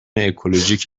اکولوژیک